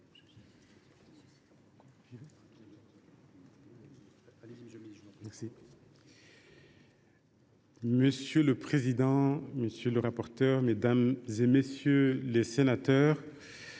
Monsieur le président, monsieur le rapporteur, mesdames, messieurs les sénateurs,